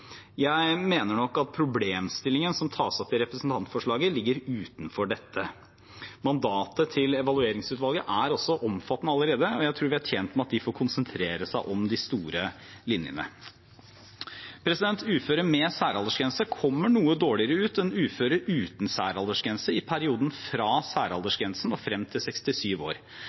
Jeg mener nok at problemstillingen som tas opp i representantforslaget, ligger utenfor dette. Mandatet til evalueringsutvalget er allerede omfattende, og jeg tror vi er tjent med at de får konsentrere seg om de store linjene. Uføre med særaldersgrense kommer noe dårligere ut enn uføre uten særaldersgrense i perioden fra særaldersgrensen og frem til 67 år.